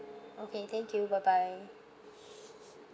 okay thank you bye bye